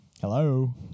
Hello